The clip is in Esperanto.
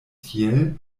tiel